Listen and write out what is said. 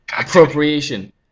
appropriation